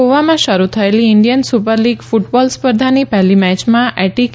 ગોવામાં શરૂ થયેલી ઇન્ડિયન સુપરલીગ કુટબોલ સ્પર્ધાની પહેલી મેચમાં એટીકે